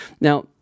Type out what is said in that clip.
Now